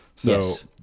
Yes